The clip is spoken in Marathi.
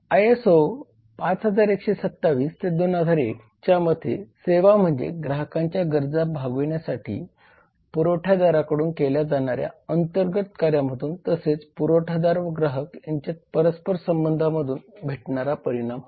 आयएसओ 5127 2001 च्या मते सेवा म्हणजे ग्राहकांच्या गरजा भागविण्यासाठी पुरवठादाराकडून केल्या जाणाऱ्या अंर्तगत कार्यांमधून तसेच पुरवठादार व ग्राहक यांच्या परस्पर संबंधांमधून भेटणारा परिणाम होय